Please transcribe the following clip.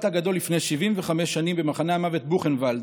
הגדול לפני 75 שנים במחנה המוות בוכנוולד.